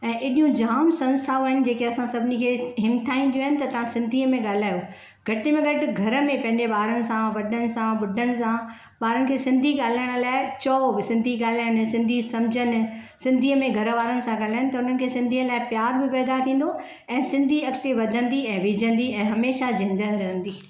ऐं एॾियूं जाम संस्थाऊं आहिनि जेके असां सभनिन खे हिमथाईंदियूं आहिनि त तव्हां सिन्धीअ में ॻाल्हायो घटि में घटि घर में पंहिंजे ॿारनि सां वॾनि सां ॿुढनि सां ॿारनि खे सिन्धी ॻाल्हाइण लाइ चवो सिंधी ॻाल्हाइणु सिंधी सम्झनि सिंधीअ में घर वारनि सां ॻाल्हाइनि त हुननि खे सिंधीअ लाइ प्यारु बि पैदा थींदो ऐं सिंधी अॻिते वधंदी ऐं विझंदी ऐं हमेशह ज़िन्दह रहंदी